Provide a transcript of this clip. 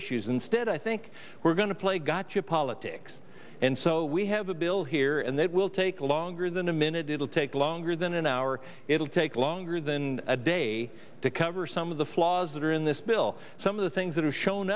issues instead i think we're going to play gotcha politics and so we have a bill here and that will take longer than a minute it'll take longer than an hour it'll take longer than a day to cover some of the flaws that are in this bill some of the things that are shown